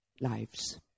lives